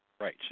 Right